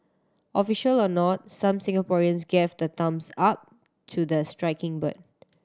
official or not some Singaporeans gave the thumbs up to the striking bird